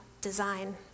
design